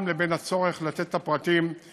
לבין הצורך לתת את הפרטים למי שמקבל אותו לעבודה